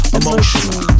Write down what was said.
emotional